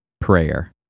prayer